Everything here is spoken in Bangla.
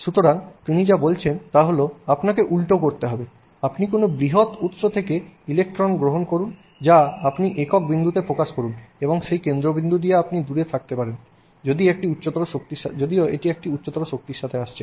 সুতরাং তিনি যা বলছেন তা হল আপনাকে উল্টো করতে হবে আপনি কোনও বৃহৎ উৎস থেকে ইলেক্ট্রন গ্রহণ করুন যা আপনি একক বিন্দুতে ফোকাস করুন এবং সেই কেন্দ্রবিন্দু দিয়ে আপনি দূরে রাখতে পারেন যদিও এটি উচ্চ শক্তির সাথে আসছে